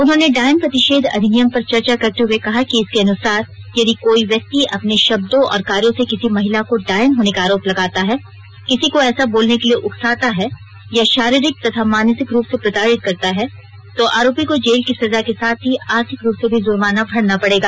उन्होंने डायन प्रतिषेध अधिनियम पर चर्चा करते हुए कहा कि इसके अनुसार यदि कोई व्यक्ति अपने शब्दों और कार्यो से किसी महिला को डायन होने का आरोप लगाता है किसी को ऐसा बोलने के लिए उकसाता है या शारीरिक तथा मानसिक रूप से प्रताड़ित करता है तो आरोपी को जेल की सजा के साथ ही आर्थिक रूप से भी जुर्माना भरना पड़ेगा